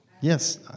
Yes